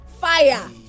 fire